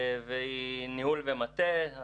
ניהול ומטה,